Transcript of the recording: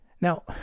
Now